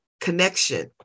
connection